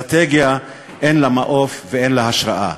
אסטרטגיה, אין לה מעוף ואין לה השראה.